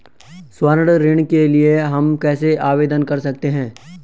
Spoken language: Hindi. स्वर्ण ऋण के लिए हम कैसे आवेदन कर सकते हैं?